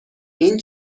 این